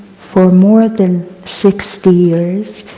for more than sixty years,